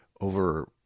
over